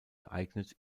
geeignet